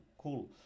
cool